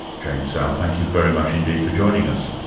james south, thank you very much indeed for joining us.